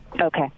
Okay